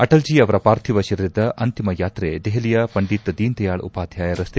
ಅಟಲ್ಜಿ ಅವರ ಪಾರ್ಥೀವ ಶರೀರದ ಅಂತಿಮ ಯಾತ್ರೆ ದೆಹಲಿಯ ಪಂಡಿತ್ ದೀನದಯಾಳ್ ಉಪಾಧ್ನಾಯ ರಸ್ತೆ